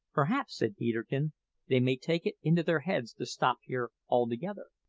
perhaps, said peterkin, they may take it into their heads to stop here altogether,